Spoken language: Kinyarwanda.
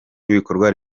n’ibikorwa